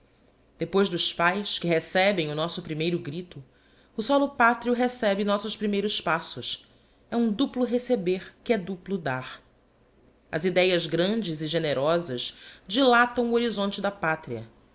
depois dos pães que recebem o nosso primeiro grito o solo palrio recebe nossos primeiros passos é um duplo receber que é duplo dar as idéas grandes e generosas dilatam o horizonte da pátria